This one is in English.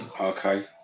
Okay